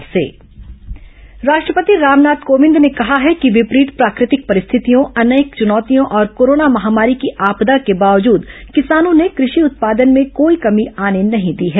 राष्ट्रपति संदेश राष्ट्रपति रामनाथ कोविंद ने कहा है कि विपरीत प्राकृतिक परिस्थितियों अनेक चुनौतियों और कोरोना महामारी की आपदा के बावजूद किसानों ने कृषि उत्पादन में कोई कमी आने नहीं दी है